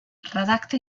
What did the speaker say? redacta